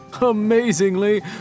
Amazingly